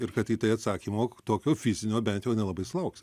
ir kad į tai atsakymo tokio fizinio bent jau nelabai sulauksi